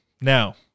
Now